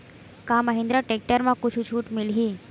का महिंद्रा टेक्टर म कुछु छुट मिलही?